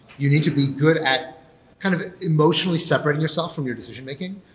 you need to be good at kind of emotionally separating yourself from your decision making.